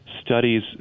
Studies